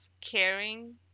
caring